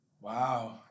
wow